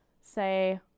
say